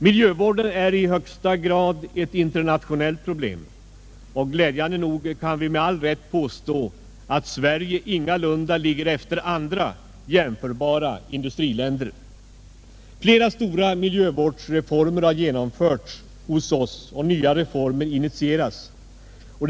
Miljövården är i högsta grad ett internationellt problem, och glädjande nog kan vi med all rätt påstå att Sverige ingalunda ligger efter andra jämförbara industriländer. Flera stora miljövårdsreformer har genomförts hos oss och man kommer att ta initiativ till nya reformer.